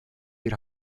bir